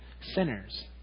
sinners